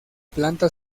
planta